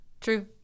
True. –